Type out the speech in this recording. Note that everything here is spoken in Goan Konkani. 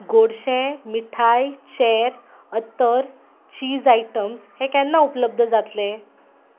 गोडशें मिठाय चॅर अत्तर चीज आयटम्स हे केन्ना उपलब्द जातले